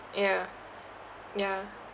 yeah yeah